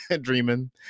dreaming